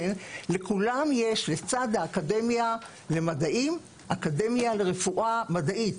לכולם יש לצד האקדמיה למדעים אקדמיה לרפואה מדעית,